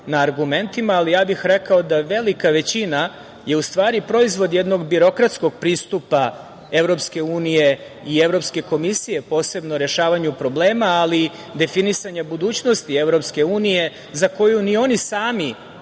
na argumentima, ali ja bih rekao da velika većina je u stvari proizvod jednog birokratskog EU i Evropske komisije, posebno u rešavanju problema, ali i definisanje budućnosti EU, za koju ni oni sami